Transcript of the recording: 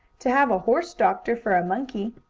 to have a horse-doctor for a monkey.